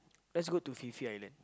let's go to Phi-Phi-Island